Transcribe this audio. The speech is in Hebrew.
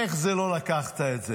איך זה שלא לקחת את זה?